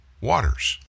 Waters